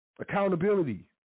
Accountability